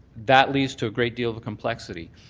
that leads to a great deal of complexity.